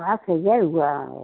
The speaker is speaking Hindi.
पाँच हज़ार हुआ है